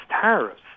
tariffs